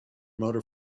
motor